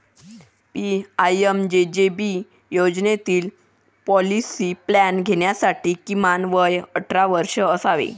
PMJJB योजनेतील policy plan घेण्यासाठी किमान वय अठरा वर्षे असावे